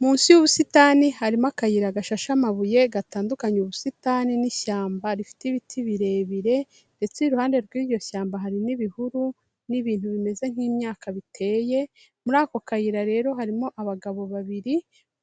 Munsi y'ubusitani, harimo akayira gashashe amabuye gatandukanye ubusitani n'ishyamba rifite ibiti birebire, ndetse iruhande rw'iryo shyamba hari n'ibihuru, n'ibintu bimeze nk'imyaka biteye, muri ako kayira rero harimo abagabo babiri,